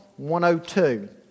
102